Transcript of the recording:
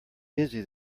busy